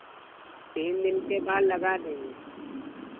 तीन दिन के बाद लगा देंगे